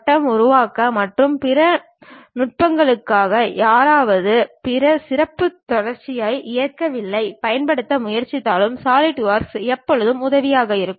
கட்டம் உருவாக்கம் மற்றும் பிற நுட்பங்களுக்காக யாராவது பிற சிறப்பு தொடர்ச்சியான இயக்கவியலைப் பயன்படுத்த முயற்சித்தாலும் சாலிட்வொர்க்ஸ் எப்போதும் உதவியாக இருக்கும்